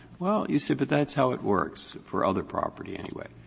well, you say but that's how it works for other property, anyway.